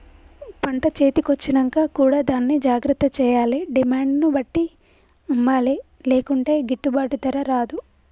పంట చేతి కొచ్చినంక కూడా దాన్ని జాగ్రత్త చేయాలే డిమాండ్ ను బట్టి అమ్మలే లేకుంటే గిట్టుబాటు ధర రాదు